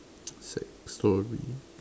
sad story